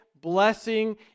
blessing